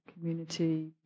community